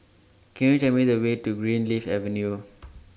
Can YOU Tell Me The Way to Greenleaf Avenue